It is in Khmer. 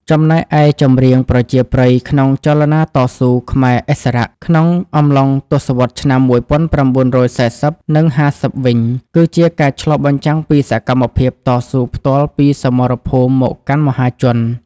ចំណែកឯចម្រៀងប្រជាប្រិយក្នុងចលនាតស៊ូ ខ្មែរឥស្សរៈ ក្នុងអំឡុងទសវត្សរ៍ឆ្នាំ ១៩៤០ និង ៥០ វិញ គឺជាការឆ្លុះបញ្ចាំងពីសកម្មភាពតស៊ូផ្ទាល់ពីសមរភូមិមកកាន់មហាជន។